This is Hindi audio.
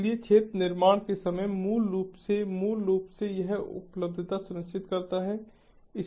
इसलिए क्षेत्र निर्माण के समय मूल रूप से मूल रूप से यह उपलब्धता सुनिश्चित करता है